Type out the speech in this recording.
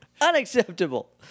Unacceptable